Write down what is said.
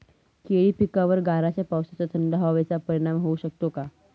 केळी पिकावर गाराच्या पावसाचा, थंड हवेचा परिणाम होऊ शकतो का?